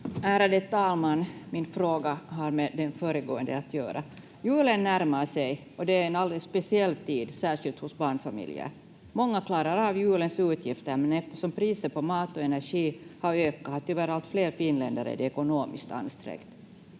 Ärade talman! Min fråga har med den föregående att göra. Julen närmar sig, och det är en alldeles speciell tid, särskilt hos barnfamiljer. Många klarar av julens utgifter, men eftersom priset på mat och energi har ökat har tyvärr allt fler finländare det ekonomiskt ansträngt.